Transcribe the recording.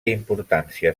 importància